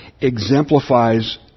exemplifies